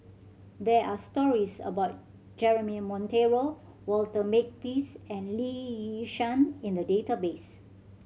there are stories about Jeremy Monteiro Walter Makepeace and Lee Yi Shyan in the database